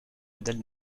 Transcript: modèle